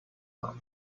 map